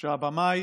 שהבמאי